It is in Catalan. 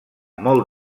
molt